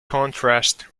contrast